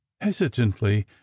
hesitantly